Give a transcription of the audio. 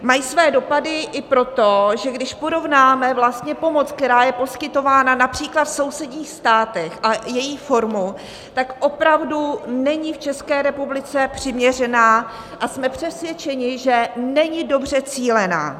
Mají své dopady i proto, že když porovnáme pomoc, která je poskytována například v sousedních státech a její formu, tak opravdu není v České republice přiměřená a jsme přesvědčeni, že není dobře cílená.